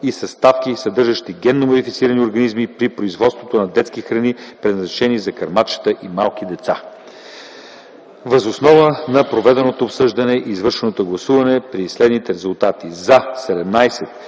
и съставки, съдържащи генномодифицирани организми при производството на детски храни, предназначени за кърмачета и малки деца. Въз основа на проведеното обсъждане и извършеното гласуване при следните резултати: „за”